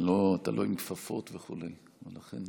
אתה לא עם כפפות וכו', ולכן